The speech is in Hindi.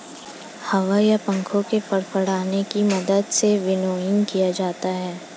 हवा या पंखों के फड़फड़ाने की मदद से विनोइंग किया जाता है